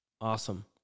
Awesome